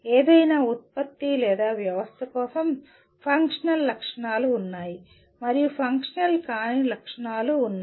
ఏదైనా ఉత్పత్తి లేదా వ్యవస్థ కోసం ఫంక్షనల్ లక్షణాలు ఉన్నాయి మరియు ఫంక్షనల్ కాని లక్షణాలు ఉన్నాయి